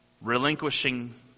Relinquishing